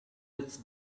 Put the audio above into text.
its